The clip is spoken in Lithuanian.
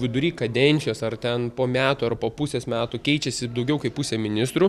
vidury kadencijos ar ten po metų ar po pusės metų keičiasi daugiau kaip pusė ministrų